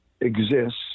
exists